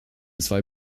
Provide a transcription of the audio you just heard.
zwei